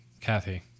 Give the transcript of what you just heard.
Kathy